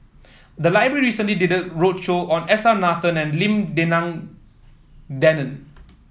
the library recently did a roadshow on S R Nathan and Lim Denan Denon